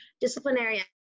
disciplinary